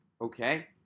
okay